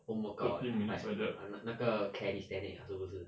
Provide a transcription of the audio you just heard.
home workout ah 那个 kinesthetic ah 是不是